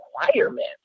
requirement